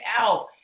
out